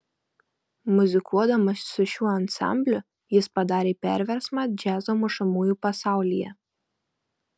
muzikuodamas su šiuo ansambliu jis padarė perversmą džiazo mušamųjų pasaulyje